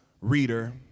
reader